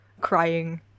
crying